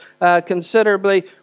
considerably